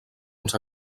uns